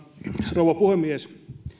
rouva puhemies